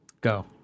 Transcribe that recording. Go